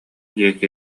диэки